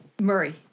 Murray